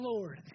Lord